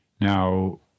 Now